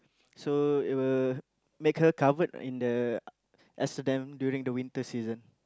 so it will make her covered in the Amsterdam during the winter season